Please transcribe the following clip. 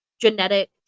genetic